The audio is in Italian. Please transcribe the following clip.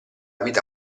vita